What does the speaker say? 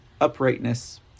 uprightness